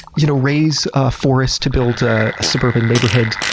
you know raze a forest to build a suburban neighborhood,